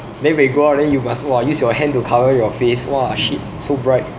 then when you go out then you must !wah! use your hands to cover your face !wah! shit so bright